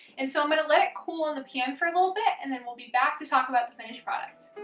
and so i'm going to let it cool on the pan for a little bit and then we'll be back to talk about the finished product.